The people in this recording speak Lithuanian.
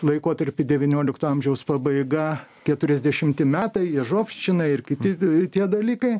laikotarpį devyniolikto amžiaus pabaiga keturiasdešimti metai ježovščina ir kiti tie dalykai